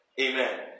Amen